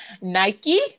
Nike